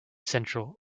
central